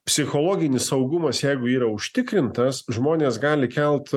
psichologinis saugumas jeigu yra užtikrintas žmonės gali kelt